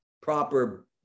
proper